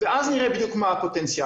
ואז נראה בדיוק מה הפוטנציאל,